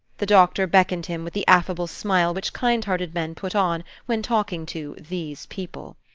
the doctor beckoned him with the affable smile which kind-hearted men put on, when talking to these people.